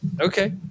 Okay